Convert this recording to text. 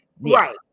Right